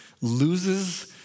loses